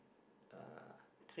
uh